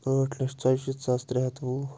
ٲٹھ لَچھ ژۄیہِ شیٖتھ ساس ترٛےٚ ہَتھ وُہ